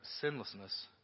Sinlessness